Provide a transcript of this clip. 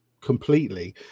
completely